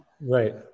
Right